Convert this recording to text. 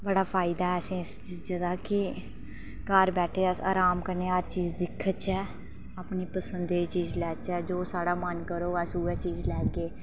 बड़ा फायदा असें गी इस चीजा दा कि घर बेठे दे अस आराम कनन्नै हर चीज दिखचै अपनी पसंद दी चीज लैचै जो साढ़ा मन करोग अस ओऐ चीज लैगे